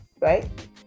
right